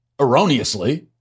erroneously